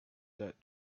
that